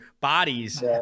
bodies